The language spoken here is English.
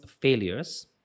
failures